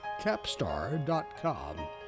Capstar.com